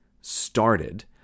started